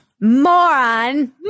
Moron